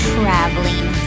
traveling